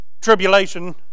tribulation